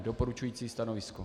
Doporučující stanovisko.